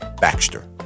Baxter